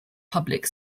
public